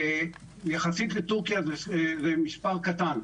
יחסית לטורקיה זה מספר קטן.